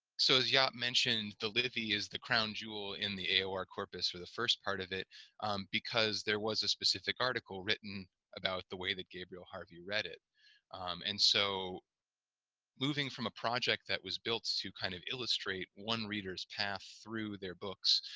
so as jaap mentioned the livy is the crown jewel in the aor corpus for the first part of it because there was a specific article written about the way that gabriel harvey read it and so moving from a project that was built to kind of illustrate one readers path through their books